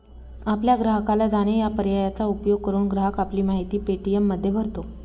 आपल्या ग्राहकाला जाणे या पर्यायाचा उपयोग करून, ग्राहक आपली माहिती पे.टी.एममध्ये भरतो